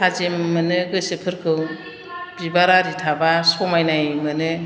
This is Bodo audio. थाजिम मोनो गोसोफोरखौ बिबार आरि थाबा समायनाय मोनो